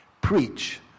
preach